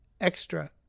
extra